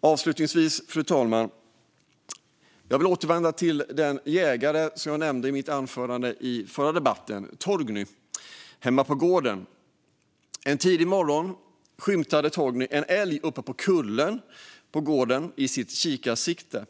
Avslutningsvis, fru talman, vill jag återvända till den jägare som jag nämnde i mitt anförande under den förra debatten, Torgny, som hemma på gården en tidig morgon skymtade en älg uppe på kullen i sitt kikarsikte.